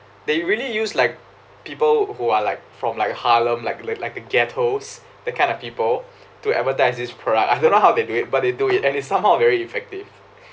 they really use like people who are like from like harlem like like the ghettos that kind of people to advertise this product I don't know how they do it but they do it and it's somehow very effective